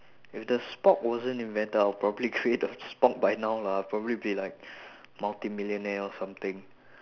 if the spork wasn't invented I'd probably create a spork by now lah I'll probably be like multimillionaire or something